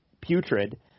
putrid